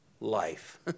life